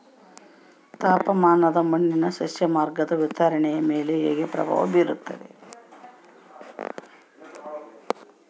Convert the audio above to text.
ತಾಪಮಾನ ಮಣ್ಣಿನ ಸಸ್ಯವರ್ಗದ ವಿತರಣೆಯ ಮೇಲೆ ಹೇಗೆ ಪ್ರಭಾವ ಬೇರುತ್ತದೆ?